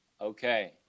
Okay